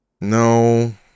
No